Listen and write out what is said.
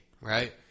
right